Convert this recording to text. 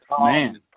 Man